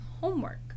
homework